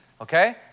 okay